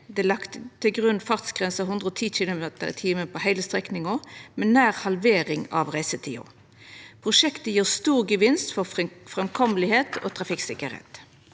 Det er lagt til grunn ei fartsgrense på 110 km/t på heile strekninga, med nær ei halvering av reisetida. Prosjektet gjev stor gevinst for framkommelegheit og trafikksikkerheit.